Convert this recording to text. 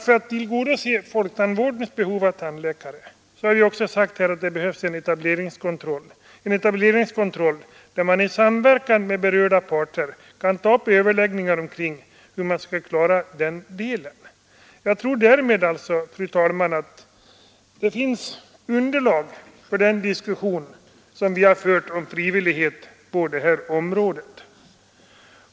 För att tillgodose folktandvårdens behov av tandläkare har vi också sagt att det behövs en etableringskontroll, där man i samverkan med berörda parter kan ta upp överläggningar omkring hur man skall klara den saken. Jag tror att det därmed, fru talman, finns underlag för den diskussion som vi har fört om frivillighet på det här området.